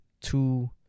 two